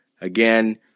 Again